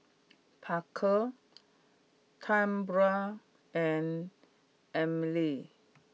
Parker Tambra and Emily